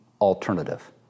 alternative